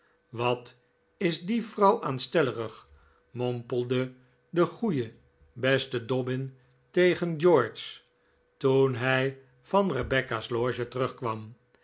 wat is die vrouw aanstellerig mompelde de goeie beste dobbin tegen george toen hij van rebecca's loge terugkwam